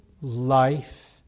life